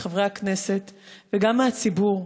מחברי הכנסת וגם מהציבור: